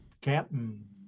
Captain